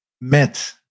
met